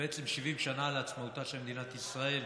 70 שנה לעצמאותה של מדינת ישראל,